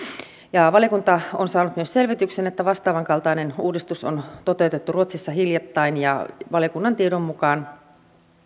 valiokunta on saanut myös selvityksen että vastaavan kaltainen uudistus on toteutettu ruotsissa hiljattain ja valiokunnan tiedon mukaan